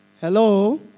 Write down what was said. Hello